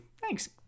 thanks